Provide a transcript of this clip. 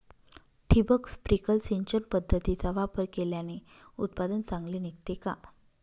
ठिबक, स्प्रिंकल सिंचन पद्धतीचा वापर केल्याने उत्पादन चांगले निघते का?